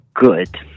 good